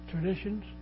traditions